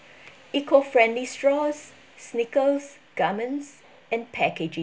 eco friendly straws sneakers garments and packaging